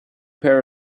pair